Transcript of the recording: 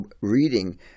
reading